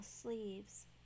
sleeves